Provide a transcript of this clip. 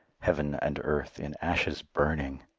heaven and earth in ashes burning.